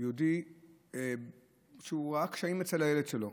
יהודי שראה קשיים אצל הילד שלו.